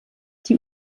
die